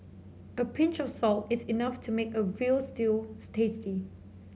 a pinch of salt is enough to make a veal stews tasty